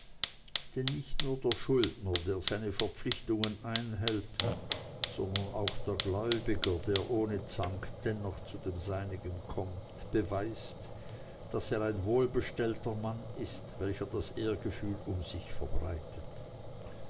denn nicht nur der schuldner der seine verpflichtungen einhält sondern auch der gläubiger der ohne zank dennoch zu dem seinigen kommt beweist daß er ein wohlbestellter mann ist welcher ehrgefühl um sich verbreitet